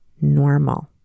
normal